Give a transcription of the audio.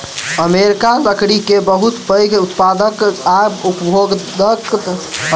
America लकड़ी के बहुत पैघ उत्पादक आ उपभोगता अछि